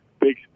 big